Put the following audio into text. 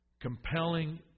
compelling